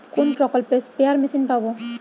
কোন প্রকল্পে spare machine পাব?